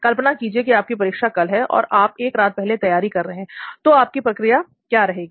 कल्पना कीजिए कि आपकी परीक्षा कल है और आप एक रात पहले तैयारी कर रहे हैं तो आपकी प्रक्रिया क्या रहेगी